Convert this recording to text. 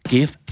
Give